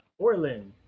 Orlin